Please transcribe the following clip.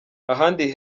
ahandi